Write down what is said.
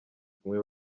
kumwe